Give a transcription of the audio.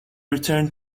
return